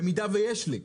אם יש לי.